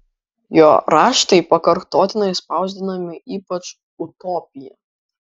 jo raštai pakartotinai spausdinami ypač utopija